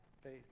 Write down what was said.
faith